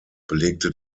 belegte